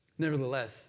nevertheless